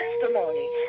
testimony